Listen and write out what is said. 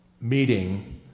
meeting